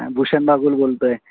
भूषण बागूल बोलतो आहे